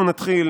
אנחנו נתחיל